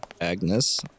Agnes